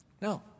No